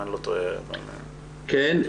כן.